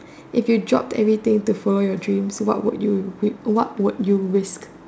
if you dropped anything to follow your dreams what would you what would you risk